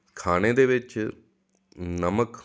ਖਾਣੇ ਦੇ ਵਿੱਚ ਨਮਕ